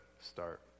start